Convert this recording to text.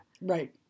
Right